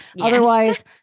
otherwise